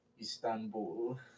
Istanbul